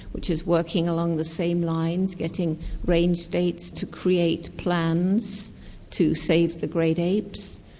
which is working along the same lines, getting range states to create plans to save the great apes.